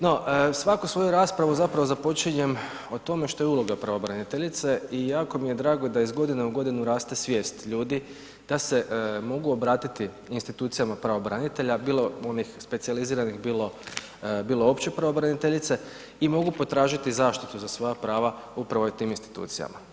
No, svakako svoju raspravu zapravo započinjem o tome što je uloga pravobraniteljice i jako mi je drago da iz godine u godinu raste svijest ljudi da se mogu obratiti institucijama pravobranitelja, bilo onih specijaliziranih, bilo opće pravobraniteljice i mogu potražiti zaštitu za svoja prava upravo u tim institucijama.